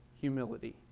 humility